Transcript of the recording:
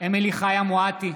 אמילי חיה מואטי,